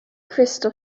crystal